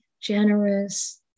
generous